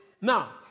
Now